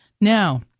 Now